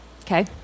Okay